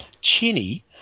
chinny